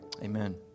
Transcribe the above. Amen